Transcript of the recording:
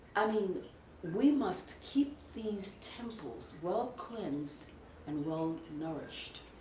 i mean we must keep these temples well cleansed and well nourished.